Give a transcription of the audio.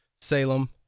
Salem